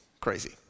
crazy